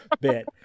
bit